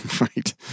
Right